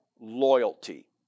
loyalty